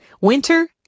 Winter